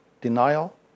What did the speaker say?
denial